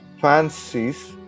fancies